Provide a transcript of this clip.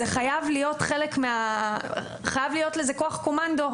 חייב להיות לזה כוח קומנדו,